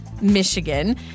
Michigan